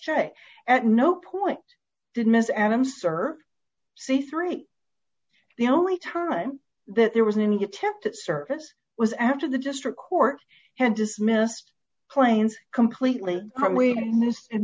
j at no point did miss adams serve say three the only time that there was any attempt at service was after the district court had dismissed claims completely from reading this in